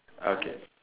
okay